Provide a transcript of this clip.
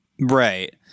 right